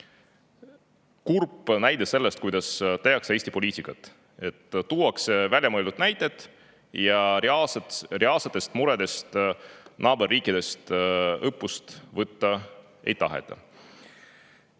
kurb näide selle kohta, kuidas tehakse Eestis poliitikat: tuuakse väljamõeldud näiteid ja reaalsetest muredest naaberriikides õppust võtta ei taheta.